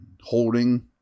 holding